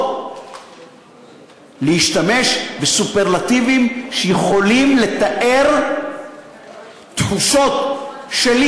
להשתמש בסופרלטיבים שיכולים לתאר תחושות שלי